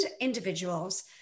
individuals